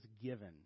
given